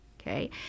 okay